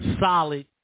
solid